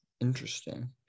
interesting